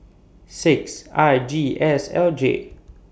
six I G S L J